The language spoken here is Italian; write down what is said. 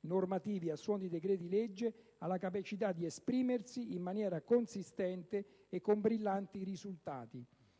normativi a suon di decreti-legge, ha la capacità di esprimersi in maniera consistente e con brillanti risultati.